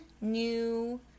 new